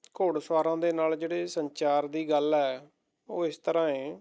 ਘੋੜ ਸਵਾਰਾਂ ਦੇ ਨਾਲ ਜਿਹੜੇ ਸੰਚਾਰ ਦੀ ਗੱਲ ਹੈ ਉਹ ਇਸ ਤਰ੍ਹਾਂ ਏ